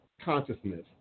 consciousness